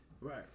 Right